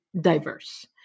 diverse